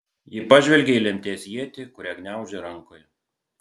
ji pažvelgė į lemties ietį kurią gniaužė rankoje